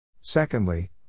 Secondly